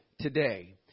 today